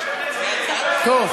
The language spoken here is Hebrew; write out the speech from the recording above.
טוב,